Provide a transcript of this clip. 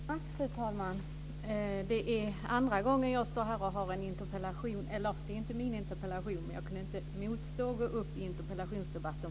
Fru talman! Det är andra gången som jag deltar i en sådan här interpellationsdebatt. Det är inte min interpellation, men jag kunde inte motstå att gå upp i den här interpellationsdebatten.